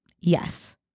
yes